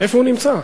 איפה הוא נמצא?